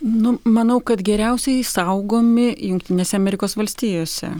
nu manau kad geriausiai saugomi jungtinėse amerikos valstijose